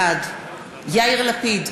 בעד יאיר לפיד,